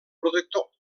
protector